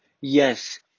yes